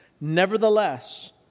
Nevertheless